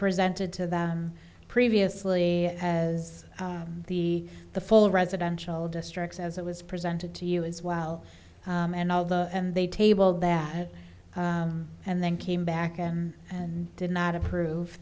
presented to them previously as the the full residential districts as it was presented to you as well and all the and they tabled that and then came back in and did not approve